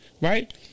Right